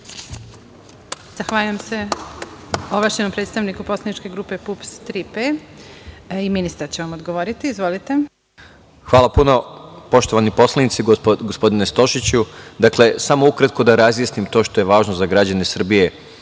Zahvaljujem se ovlašćenom predstavniku poslaničke grupe PUPS-3P.Ministar će vam odgovoriti. Izvolite. **Siniša Mali** Poštovani poslanici, gospodine Stošiću, dakle samo ukratko da razjasnim to što je važno za građane